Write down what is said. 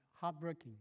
heartbreaking